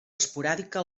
esporàdica